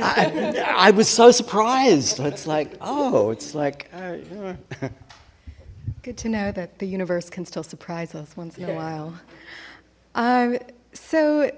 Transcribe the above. june i was so surprised it's like oh it's like good to know that the universe can still surprise us once in a while i so